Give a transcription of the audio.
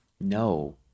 no